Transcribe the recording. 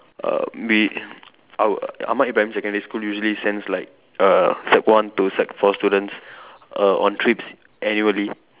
uh we our Ahmad Ibrahim secondary school usually sends like err sec one to sec four students err on trips annually